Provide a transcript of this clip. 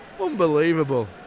Unbelievable